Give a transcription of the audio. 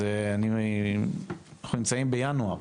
אז אנחנו נמצאים בינואר.